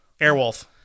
Airwolf